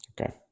Okay